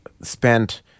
spent